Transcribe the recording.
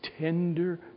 tender